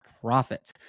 profit